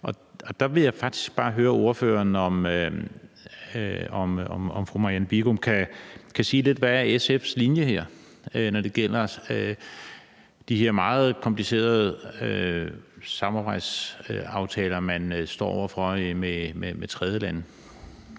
Der vil jeg faktisk bare høre ordføreren, om ordføreren kan sige lidt om, hvad SF's linje er her, når det gælder de her meget komplicerede samarbejdsaftaler med tredjelande,